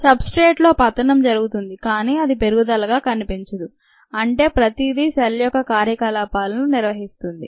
sub స్ట్రేట్లో పతనము జరుగుతుంది కాని అది పెరుగుదల గా కనిపించదు అంటే ప్రతిదీ సెల్ యొక్క కార్యకలాపాలను నిర్వహిస్తుంది